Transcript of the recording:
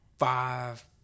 five